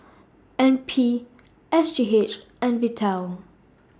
N P S G H and Vital